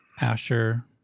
Asher